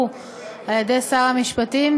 שייקבעו על-ידי שר המשפטים,